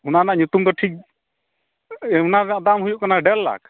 ᱚᱱᱟ ᱨᱮᱱᱟᱜ ᱧᱩᱛᱩᱢ ᱫᱚ ᱴᱷᱤᱠ ᱚᱱᱟ ᱨᱮᱱᱟᱜ ᱫᱟᱢ ᱦᱩᱭᱩᱜ ᱠᱟᱱᱟ ᱰᱮᱲᱞᱟᱠᱷ